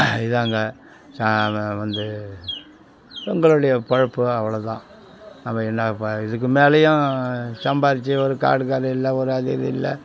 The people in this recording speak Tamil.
இதாங்க வந்து எங்களுடைய பொழைப்பு அவ்வளோதான் நம்ம என்ன இப்போ இதுக்கு மேலேயும் சம்பாதிச்சி ஒரு காடுங்கரை இல்லை ஒரு அது இது இல்லை